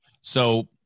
So-